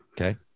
okay